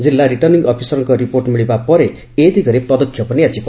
ଜିଲ୍ଲା ରିଟର୍ଭିଂ ଅଫିସରଙ୍କ ରିପୋର୍ଟ ମିଳିବା ପରେ ଏ ଦିଗରେ ପଦକ୍ଷେପ ନିଆଯିବ